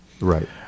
Right